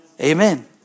Amen